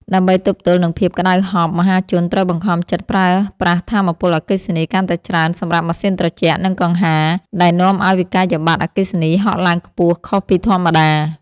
ដើម្បីទប់ទល់នឹងភាពក្តៅហប់ មហាជនត្រូវបង្ខំចិត្តប្រើប្រាស់ថាមពលអគ្គិសនីកាន់តែច្រើនសម្រាប់ម៉ាស៊ីនត្រជាក់ និងកង្ហារ ដែលនាំឱ្យវិក្កយបត្រអគ្គិសនីហក់ឡើងខ្ពស់ខុសពីធម្មតា។